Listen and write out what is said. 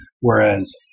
Whereas